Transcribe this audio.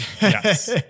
Yes